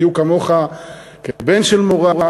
בדיוק כמוך כבן של מורה,